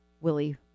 Willie